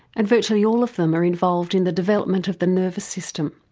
and virtually all of them are involved in the development of the nervous system.